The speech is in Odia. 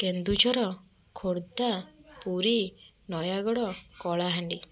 କେନ୍ଦୁଝର ଖୋର୍ଦ୍ଧା ପୁରୀ ନୟାଗଡ଼ କଳାହାଣ୍ଡି